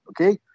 Okay